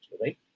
right